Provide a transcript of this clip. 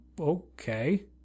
Okay